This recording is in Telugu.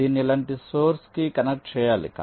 దీన్ని ఇలాంటి సోర్స్ కి కనెక్ట్ చేయాలి